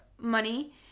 money